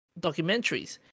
documentaries